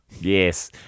Yes